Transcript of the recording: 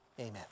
Amen